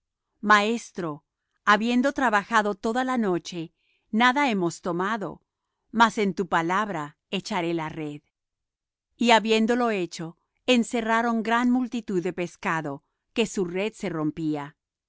maestro habiendo trabajado toda la noche nada hemos tomado mas en tu palabra echaré la red y habiéndolo hecho encerraron gran multitud de pescado que su red se rompía